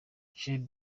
chez